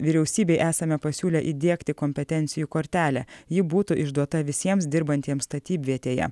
vyriausybei esame pasiūlę įdiegti kompetencijų kortelę ji būtų išduota visiems dirbantiems statybvietėje